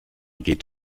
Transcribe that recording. geht